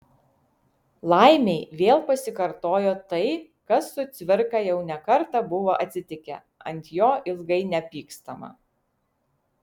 laimei vėl pasikartojo tai kas su cvirka jau ne kartą buvo atsitikę ant jo ilgai nepykstama